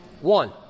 one